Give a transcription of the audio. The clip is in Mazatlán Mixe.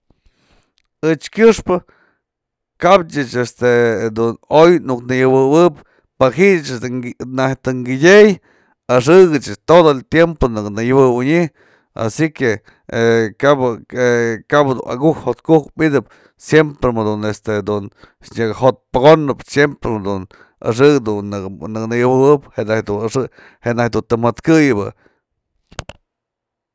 Ëch kyëxpë kap ech este jedun oy nuk nëjuëwëb paji'i ech najtyë të kydyëy axë'ëk ech todo el tiempo nëkë nëjuëbëny asi que, he kabë; he kabë du aku'ujk jo'ot ku'uj mydëp siempren jadun este dun nyaka jo'ot pokonëp, siempren dun axëk dun nëkë nyawëbëp jentayë dun të mjatkëyëbë.